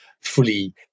fully